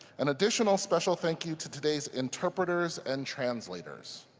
an additional special thank you to today's interpreters and translators.